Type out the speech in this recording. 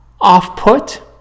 off-put